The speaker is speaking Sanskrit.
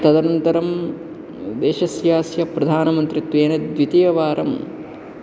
तदनन्तरं देशस्य अस्य प्रधानमन्त्रीत्वेन द्वितीयवारं